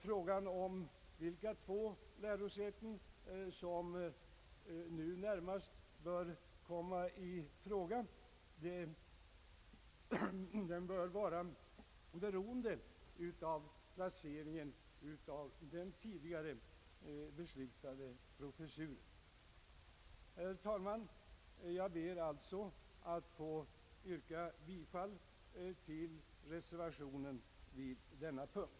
Frågan om vilka två lärosäten som nu närmast skall komma i fråga bör vara beroende av placeringen av den tidigare beslutade professuren. Jag ber, herr talman, att få yrka bifall till reservationen vid denna punkt.